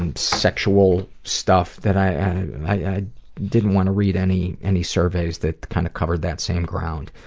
and sexual stuff that i and and i didn't want to read any any surveys that kind of covered that same ground.